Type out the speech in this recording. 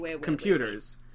computers